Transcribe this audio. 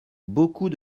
beaucoup